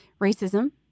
racism